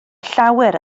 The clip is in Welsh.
llawer